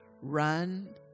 run